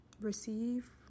receive